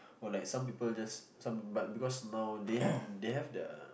or like some people just some but because now they have they have the